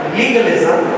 legalism